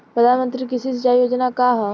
प्रधानमंत्री कृषि सिंचाई योजना का ह?